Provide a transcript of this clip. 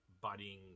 budding